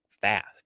fast